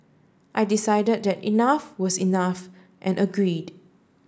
I decided the enough was enough and agreed